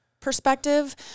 perspective